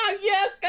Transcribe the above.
Yes